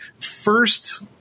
first